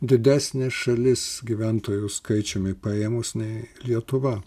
didesnė šalis gyventojų skaičiumi paėmus nei lietuva